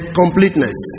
completeness